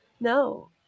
no